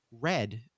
red